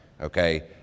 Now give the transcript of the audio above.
okay